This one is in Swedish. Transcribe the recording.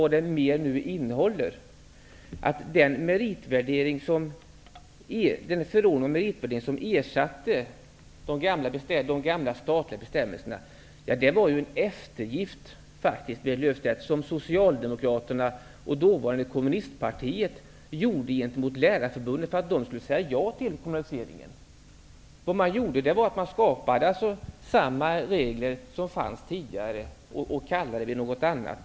Den förordning om meritvärdering som ersatte de gamla statliga bestämmelserna var en eftergift som Lärarförbundet för att Lärarförbundet skulle säga ja till kommunaliseringen. Vad man gjorde var att skapa samma regler som fanns tidigare och kallade dem för något annat.